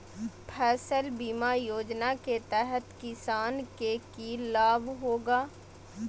फसल बीमा योजना के तहत किसान के की लाभ होगा?